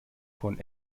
von